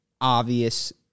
obvious